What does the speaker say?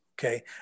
Okay